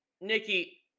nikki